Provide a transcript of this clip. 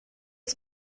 ins